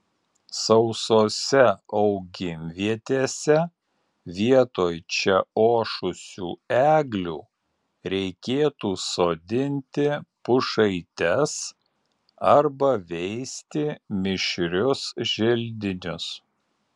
sausose augimvietėse vietoj čia ošusių eglių reikėtų sodinti pušaites arba veisti mišrius želdinius